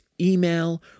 email